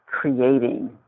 creating